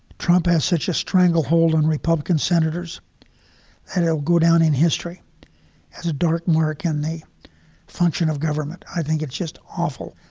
trump has such a stranglehold on republican senators and it'll go down in history as a dark murken, the function of government. i think it's just awful.